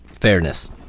fairness